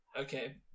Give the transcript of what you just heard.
Okay